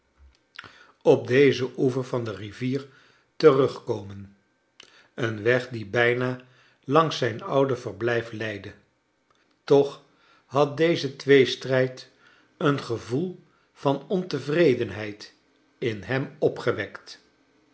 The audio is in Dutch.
op dezen oever van de rivier terugkomen een weg die bijna langs zijn oude verblijf leidde toch had deze tweestrijd een gevoel van ontevredenheid in hem opgewekt